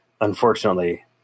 unfortunately